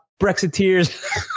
Brexiteers